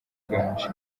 uganje